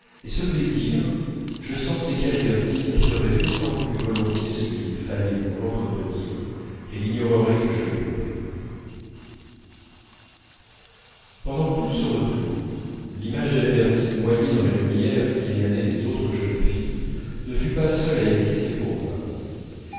et ce plaisir je sentais qu'albertine ferait d'autant plus ce qu'il fallait pour l'entretenir qu'elle ignorerait que je l'éprouvais pendant tout ce retour l'image d'albertine noyée dans la lumière qui émanait des autres jeunes filles ne fut pas seule à exister pour moi